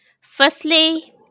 firstly